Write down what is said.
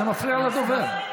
זה מפריע לדובר.